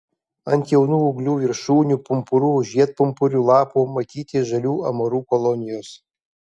ant jaunų ūglių viršūnių pumpurų žiedpumpurių lapų matyti žalių amarų kolonijos